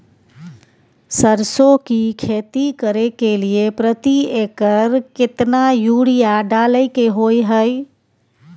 सरसो की खेती करे के लिये प्रति एकर केतना यूरिया डालय के होय हय?